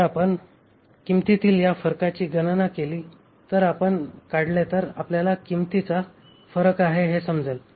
जर आपण किंमतीतील या फरकाची गणना केली तर आपण काढले तर आपल्याला कितीचा फरक आहे हे समजेल